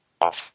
off